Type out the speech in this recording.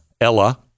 Ella